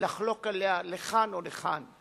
לחלוק עליה לכאן או לכאן,